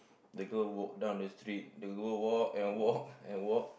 the girl walked down the street the girl walked and walked and walked